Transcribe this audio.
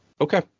Okay